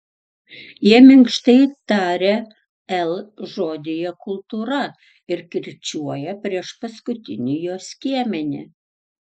jie minkštai taria l žodyje kultūra ir kirčiuoja priešpaskutinį jo skiemenį